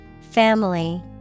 family